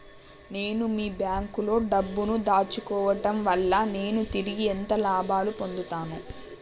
నేను మీ బ్యాంకులో డబ్బు ను దాచుకోవటం వల్ల నేను తిరిగి ఎంత లాభాలు పొందుతాను?